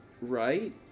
Right